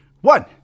one